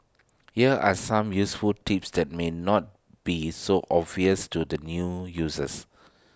here are some useful tips that may not be so obvious to the new users